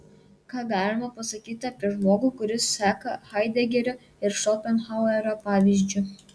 ką galima pasakyti apie žmogų kuris seka haidegerio ir šopenhauerio pavyzdžiu